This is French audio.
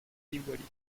dévoilés